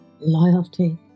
loyalty